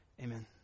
Amen